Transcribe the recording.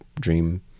dream